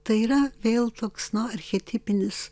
tai yra vėl toks no archetipinis